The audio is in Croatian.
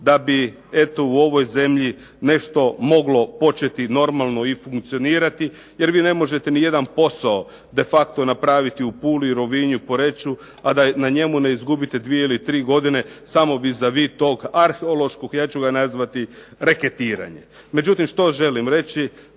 da bi eto u ovoj zemlji nešto moglo početi normalno i funkcionirati. Jer vi ne možete nijedan posao de facto napraviti u Puli, Rovinju, Poreču, a da na njemu ne izgubite dvije ili tri godine samo vis a vis tog arheološkog ja ću ga nazvati reketiranja. Međutim, što želim reći?